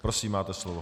Prosím, máte slovo.